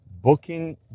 booking